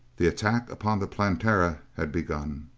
the attack upon the planetara had begun!